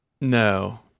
No